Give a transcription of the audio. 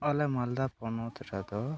ᱟᱞᱮ ᱢᱟᱞᱫᱟ ᱯᱚᱱᱚᱛ ᱨᱮᱫᱚ